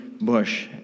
bush